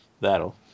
that'll